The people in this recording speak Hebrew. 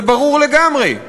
זה ברור לגמרי.